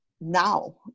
now